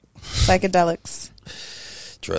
Psychedelics